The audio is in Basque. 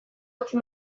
utzi